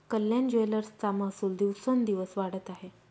कल्याण ज्वेलर्सचा महसूल दिवसोंदिवस वाढत आहे